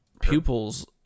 pupils